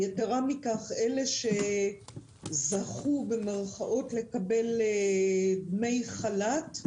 יתרה מזאת, אלו שזכו, במירכאות, לקבל דמי חל"ת,